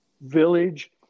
village